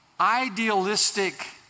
idealistic